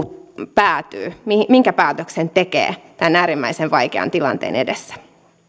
päätyy minkä minkä päätöksen tekee tämän äärimmäisen vaikean tilanteen edessä